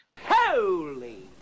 Holy